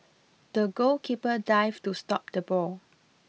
the goalkeeper dived to stop the ball